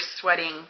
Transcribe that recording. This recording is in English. sweating